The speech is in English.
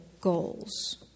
goals